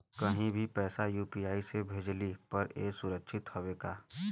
कहि भी पैसा यू.पी.आई से भेजली पर ए सुरक्षित हवे का?